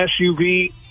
SUV